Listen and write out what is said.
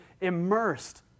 immersed